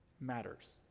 matters